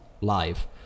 live